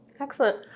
Excellent